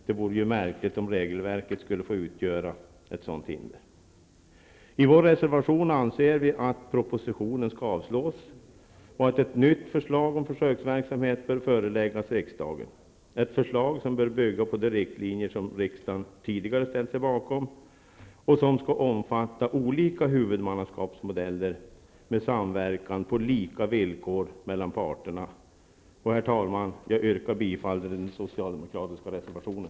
Det vore ju märkligt om regelverket skulle få utgöra ett sådant hinder. I vår reservation anser vi att propositionen skall avslås och att ett nytt förslag om försöksverksamhet bör föreläggas riksdagen, ett förslag som bör bygga på de riktlinjer som riksdagen tidigare ställt sig bakom och som skall omfatta olika huvudmannaskapsmodeller med samverkan på lika villkor mellan parterna. Herr talman! Jag yrkar bifall till den socialdemokratiska reservationen.